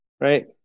right